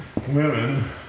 women